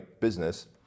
business